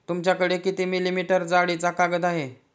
तुमच्याकडे किती मिलीमीटर जाडीचा कागद आहे?